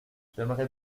j’aimerais